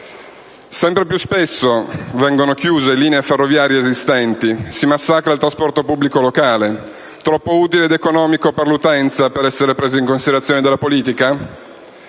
Sempre più spesso vengono chiuse linee ferroviarie esistenti, si massacra il trasporto pubblico locale (troppo utile ed economico per l'utenza per essere preso in considerazione dalla politica?),